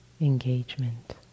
Engagement